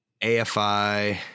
afi